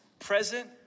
present